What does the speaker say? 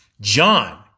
John